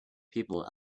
people